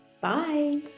bye